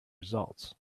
results